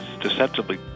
deceptively